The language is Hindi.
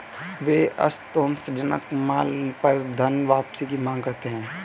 वे असंतोषजनक माल पर धनवापसी की मांग करते हैं